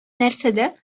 нәрсәдә